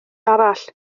arall